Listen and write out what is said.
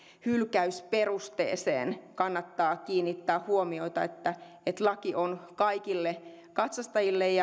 hylkäysperusteeseen kannattaa kiinnittää huomiota niin että laki on kaikille katsastajille ja